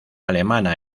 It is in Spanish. alemana